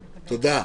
תודה.